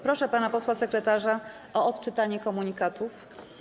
Proszę pana posła sekretarza o odczytanie komunikatów.